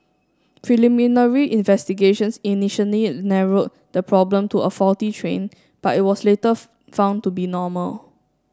preliminary investigations initially narrowed the problem to a faulty train but it was later found to be normal